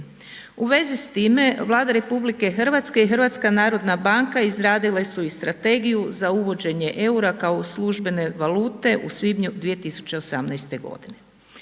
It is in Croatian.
U vezi s time Vlada RH i HNB izradile su i strategiju za uvođenje eura kao službene valute u svibnju 2018. godine.